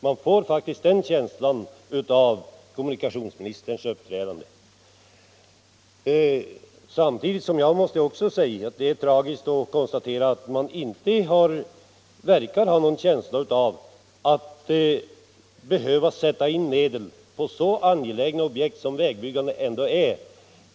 Man får faktiskt den känslan av kommunikationsministerns uppträdande. Jag måste också sägå att det är tragiskt att konstatera att regeringen inte verkar att ha någon känsla för att det över beredskapsstaten behöver sättas in medel på så angelägna allmänna objekt som vägbyggandet ändå är.